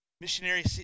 Missionary